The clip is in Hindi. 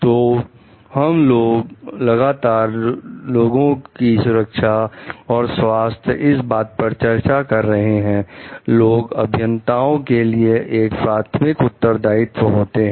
तो हम लोग लगातार लोगों की सुरक्षा और स्वास्थ्य इस बात पर चर्चा कर रहे हैं लोग अभियंताओं के लिए एक प्राथमिक उत्तरदायित्व होते हैं